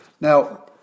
Now